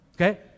okay